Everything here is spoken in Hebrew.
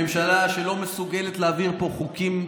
ממשלה שלא מסוגלת להעביר פה חוקים,